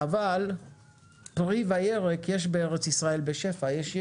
אבל פרי וירק יש בארץ ישראל בשפע, יש יצוא,